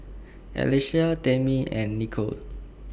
Alesha Tamie and Nichol